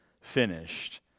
finished